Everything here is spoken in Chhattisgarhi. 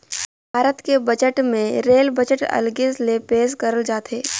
भारत के बजट मे रेल बजट अलगे ले पेस करल जाथे